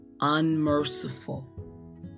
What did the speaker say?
unmerciful